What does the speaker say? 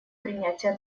принятия